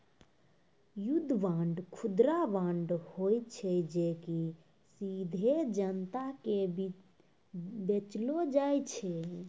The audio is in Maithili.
युद्ध बांड, खुदरा बांड होय छै जे कि सीधे जनता के बेचलो जाय छै